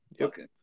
Okay